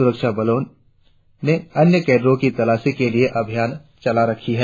सुरक्षा बल अन्य कैडरो की तलाशी के लिए अभियान चला रही है